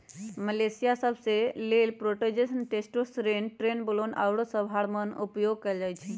मवेशिय सभ के लेल प्रोजेस्टेरोन, टेस्टोस्टेरोन, ट्रेनबोलोन आउरो सभ हार्मोन उपयोग कयल जाइ छइ